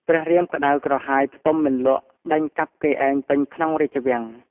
ព្រះរាមក្តៅក្រហាយផ្ទុំមិនលក់ដេញកាប់គេឯងពេញក្នុងរាជវាំង។